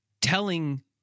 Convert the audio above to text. telling